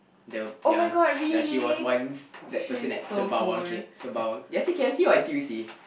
the ya ya she was once that person at Sembawang K Sembawang did I say K_F_C or N_T_U_C